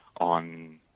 on